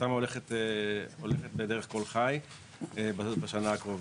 תמ"א הולכת בדרך כל חי בשנה הקרובה.